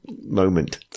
moment